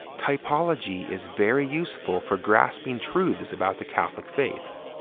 typology is very useful for grasping truths about the catholic faith,